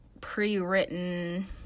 pre-written